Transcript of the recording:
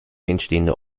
entstehende